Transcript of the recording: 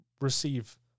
receive